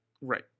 Right